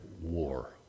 war